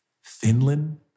Finland